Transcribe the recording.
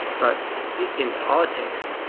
but in politics,